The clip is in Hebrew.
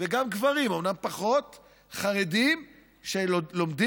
וגם גברים, אומנם פחות, חרדים שלומדים.